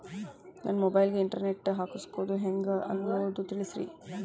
ನನ್ನ ಮೊಬೈಲ್ ಗೆ internet ಹಾಕ್ಸೋದು ಹೆಂಗ್ ಅನ್ನೋದು ತಿಳಸ್ರಿ